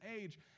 age